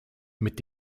mit